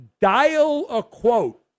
dial-a-quote